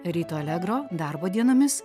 ryto allegro darbo dienomis